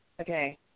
okay